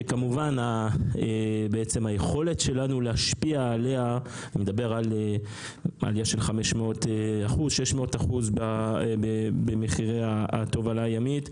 אני מדבר על עלייה של 500%-600% במחירי התובלה הימית,